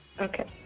okay